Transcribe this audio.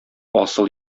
асыл